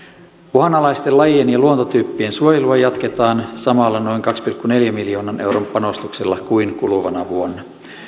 uhanalaisten lajien ja luontotyyppien suojelua jatketaan samalla noin kahden pilkku neljän miljoonan euron panostuksella kuin kuluvana vuonna